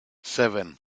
seven